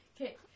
Okay